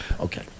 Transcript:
Okay